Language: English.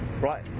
Right